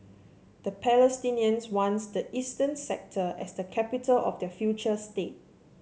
the Palestinians want the eastern sector as the capital of their future state